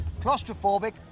claustrophobic